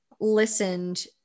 listened